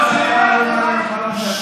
ברוך אתה ה' אלוהינו מלך העולם שהכול